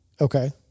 okay